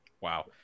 wow